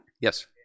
Yes